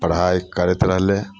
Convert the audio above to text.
पढ़ाइ करैत रहलै